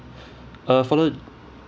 uh for the